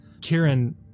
Kieran